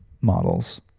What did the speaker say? models